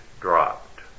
dropped